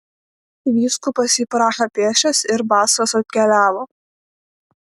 vyskupas į prahą pėsčias ir basas atkeliavo